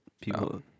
People